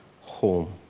home